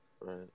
Right